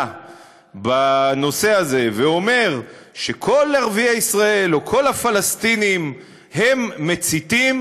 בנושא הזה ואומר שכל ערביי ישראל או כל הפלסטינים הם מציתים,